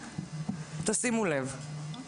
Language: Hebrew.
שימו לב.